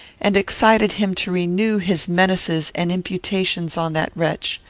and excited him to renew his menaces and imputations on that wretch.